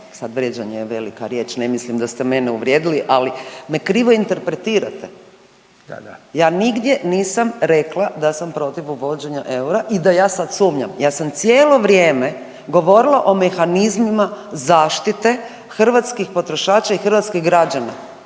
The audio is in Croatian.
sad vrijeđanje je velika riječ, ne mislim da ste mene uvrijedili, ali me krivo interpretirate. Ja nigdje nisam rekla da sam protiv uvođenja eura i da ja sad sumnjam, ja sam cijelo vrijeme govorila o mehanizmima zaštite hrvatskih potrošača i hrvatskih građana.